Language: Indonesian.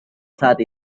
saat